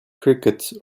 cricket